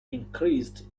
increased